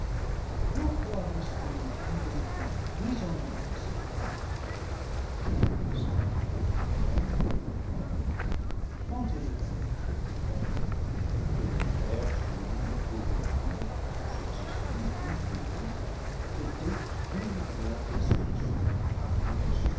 pourquoi restons nous plus longtemps fris sonnant de ces craintes qui ne présentent d'autre terme que la mort quand il est en notre pouvoir des divers chemins pour mourir choisissant le plus court de détruire la destruction par